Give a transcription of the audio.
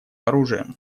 оружием